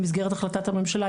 במסגרת החלטת הממשלה,